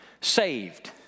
Saved